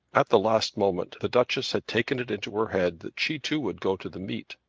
at the last moment the duchess had taken it into her head that she too would go to the meet.